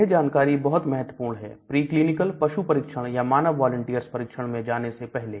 यह जानकारी बहुत महत्वपूर्ण है प्रीक्लिनिकल पशु परीक्षण या मानव वॉलिंटियर्स परीक्षण में जाने से पहले